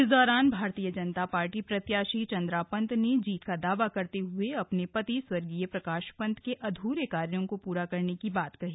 इस दौरान भाजपा प्रत्याशी चंद्रा पंत त्रने जीत का दावा करते हुए अपने पति दिवंगत प्रकाश पंत के अधूरे कार्यो को पूरा करने की बात कही